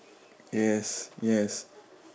yes yes